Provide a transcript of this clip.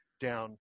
down